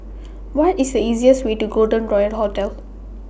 What IS The easiest Way to Golden Royal Hotel